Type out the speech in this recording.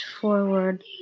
forward